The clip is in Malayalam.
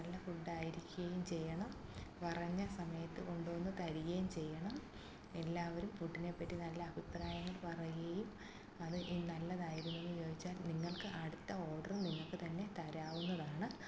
നല്ല ഫുഡായിരിക്കുകയും ചെയ്യണം പറഞ്ഞ സമയത്ത് കൊണ്ടുവന്ന് തരികയും ചെയ്യണം എല്ലാവരും ഫുഡിനെ പറ്റി നല്ല അഭിപ്രായങ്ങൾ പറയുകയും അത് നല്ലതായിരുന്നോ എന്നു ചോദിച്ചാൽ നിങ്ങൾക്ക് അടുത്ത ഓർഡറും നിങ്ങള്ക്കു തന്നെ തരാവുന്നതാണ്